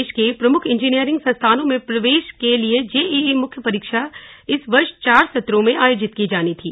देश के प्रमुख इंजीनियरिंग संस्थानों में प्रवेश के लिए जेईई मुख्य परीक्षा इस वर्ष चार सत्रों में आयोजित की जानी थी